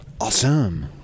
Awesome